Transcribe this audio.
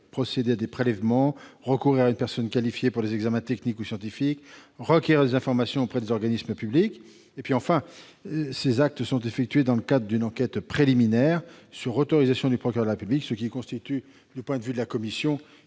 procéder à des prélèvements, recourir à une personne qualifiée pour des examens techniques ou scientifiques, requérir des informations auprès d'organismes publics. Ensuite, ces actes sont effectués, dans le cadre de l'enquête préliminaire, sur autorisation du procureur de la République, ce qui constitue du point de vue de la commission